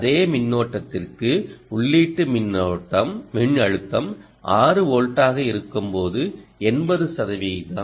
அதே மின்னோட்டத்திற்கு உள்ளீட்டு மின்னழுத்தம் 6 வோல்ட் ஆக இருக்கும்போது 89 சதவீதம்